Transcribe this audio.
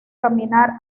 caminar